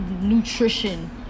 nutrition